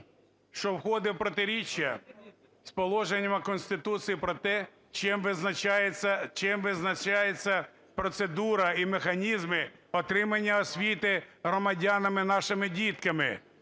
що входить в протиріччя з положеннями Конституції про те, що чим визначається процедура і механізми отримання освіти громадянами, нашими дітками.